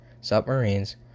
submarines